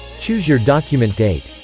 choose your document date